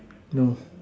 no